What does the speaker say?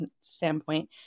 standpoint